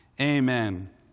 Amen